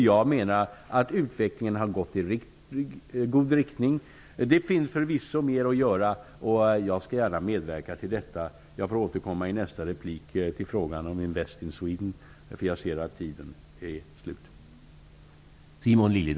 Jag menar att utvecklingen har gått i en god riktning. Det finns förvisso mer att göra, och jag skall gärna medverka till detta. Jag får återkomma till frågan om Invest in Sweden i mitt nästa inlägg. Jag ser att min taletid är slut.